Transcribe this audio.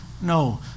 No